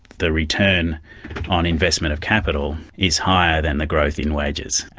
the return on investment of capital is higher than the growth in wages.